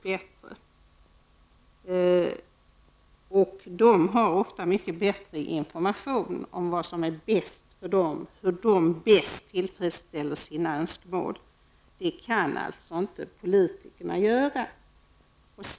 De har ofta bättre information om vad som är bäst för dem och vad som bäst tillfredsställer deras önskemål. Det kan inte politikerna veta.